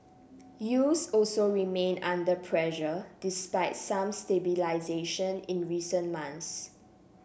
yields also remain under pressure despite some stabilisation in recent months